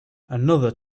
another